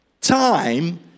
Time